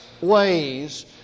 ways